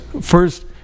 first